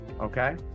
okay